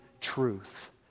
truth